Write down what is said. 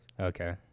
Okay